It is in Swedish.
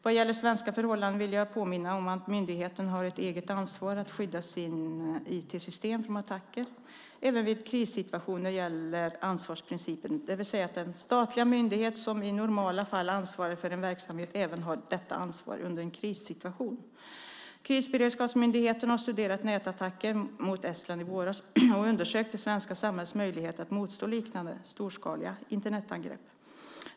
Vad gäller svenska förhållanden vill jag påminna om att myndigheterna har ett eget ansvar att skydda sina IT-system från attacker. Även vid krissituationer gäller ansvarsprincipen, det vill säga att den statliga myndighet som i normala fall ansvarar för en verksamhet även har detta ansvar under en krissituation. Krisberedskapsmyndigheten, KBM, har studerat nätattackerna mot Estland i våras och undersökt det svenska samhällets möjligheter att motstå liknande storskaliga Internetangrepp.